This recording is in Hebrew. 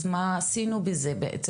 אז מה עשינו בזה בעצם?